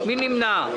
מי נמנע?